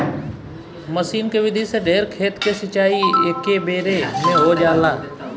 मसीन के विधि से ढेर खेत के सिंचाई एकेबेरे में हो जाला